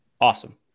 Awesome